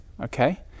Okay